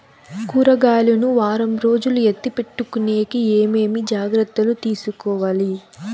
కూరగాయలు ను వారం రోజులు ఎత్తిపెట్టుకునేకి ఏమేమి జాగ్రత్తలు తీసుకొవాలి?